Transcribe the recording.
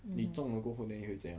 你中了过后 then 你会怎么样